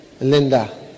Linda